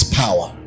power